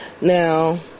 Now